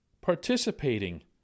participating